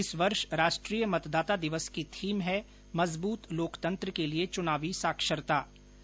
इस वर्ष राष्ट्रीय मतदाता दिवस की थीम है मजबूत लोकतंत्र के लिए चुनावी साक्षरता